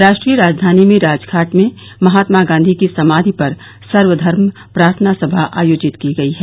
राष्ट्रीय राजधानी में राजघाट में महात्मा गांधी की समाधि पर सर्वधर्म प्रार्थना सभा आयोजित की गई है